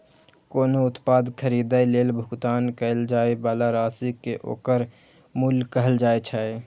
कोनो उत्पाद खरीदै लेल भुगतान कैल जाइ बला राशि कें ओकर मूल्य कहल जाइ छै